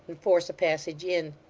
and force a passage in.